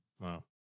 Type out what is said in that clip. Wow